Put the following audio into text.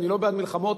אני לא בעד מלחמות,